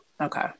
Okay